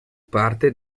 parte